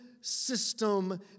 system